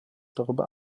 darüber